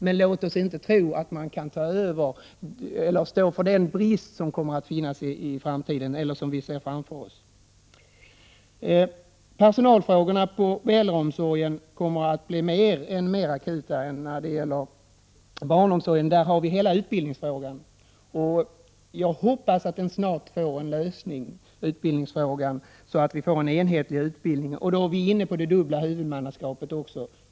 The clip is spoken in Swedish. Men låt oss inte tro att man kan ta över eller avhjälpa den brist som vi ser framför oss när det gäller hemtjänsten. Personalfrågorna kommer att bli än mer akuta inom äldreomsorgen än inom barnomsorgen. På det området har vi hela utbildningsfrågan. Jag hoppas att denna fråga snart får en lösning, så att vi får en enhetlig utbildning. Vi kommer då också in på detta med det dubbla huvudmannaskapet.